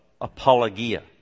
apologia